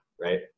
right